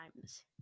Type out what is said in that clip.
times